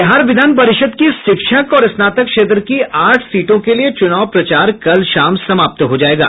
बिहार विधान परिषद की शिक्षक और स्नातक क्षेत्र की आठ सीटों के लिए चूनाव प्रचार कल शाम समाप्त हो जायेगा